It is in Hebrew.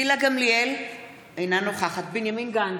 בעד גילה גמליאל, אינה נוכחת בנימין גנץ,